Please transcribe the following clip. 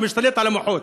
שמשתלט על המוחות.